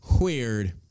Weird